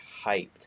hyped